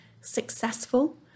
successful